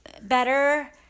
better